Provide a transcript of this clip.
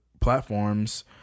platforms